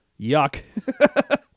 Yuck